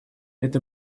это